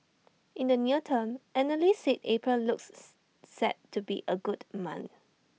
in the near term analysts said April looks set to be A good month